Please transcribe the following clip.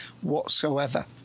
whatsoever